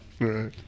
right